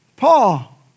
Paul